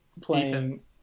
playing